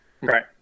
right